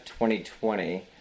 2020